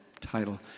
title